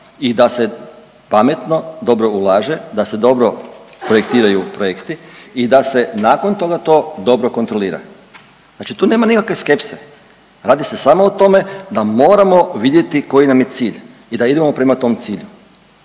i da se pametno, dobro ulaže, da se dobro projektiraju projekti i da se nakon toga to dobro kontrolira. Znači tu nema nikakve skepse. Radi se samo o tome da moramo vidjeti koji nam je cilj i da idemo prema tom cilju.